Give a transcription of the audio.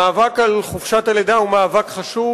המאבק על חופשת הלידה הוא מאבק חשוב.